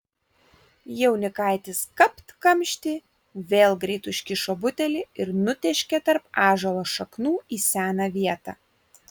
jaunikaitis kapt kamštį vėl greit užkišo butelį ir nutėškė tarp ąžuolo šaknų į seną vietą